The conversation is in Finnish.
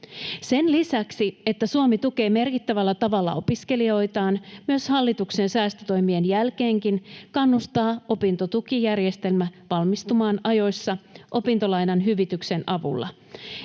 Sen lisäksi, että Suomi tukee merkittävällä tavalla opiskelijoitaan hallituksen säästötoimien jälkeenkin, kannustaa opintotukijärjestelmä valmistumaan ajoissa opintolainan hyvityksen avulla.